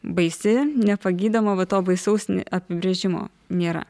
baisi nepagydoma va to baisaus ne apibrėžimo nėra